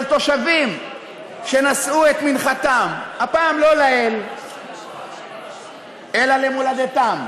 של תושבים שנשאו את מנחתם הפעם לא לאל אלא למולדתם,